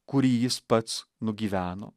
kurį jis pats nugyveno